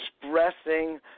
expressing